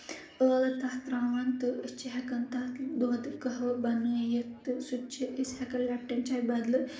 ٲلہٕ تَتھ ترٛاوان تہٕ أسۍ چھِ ہؠکان تَتھ دۄد کہو بنٲوِتھ تہٕ سُہ تہِ چھِ أسۍ ہؠکان لیپٹین چایہِ بدلہٕ